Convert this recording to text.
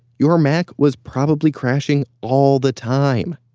your mac was probably crashing all the time.